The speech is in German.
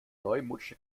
neumodische